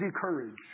courage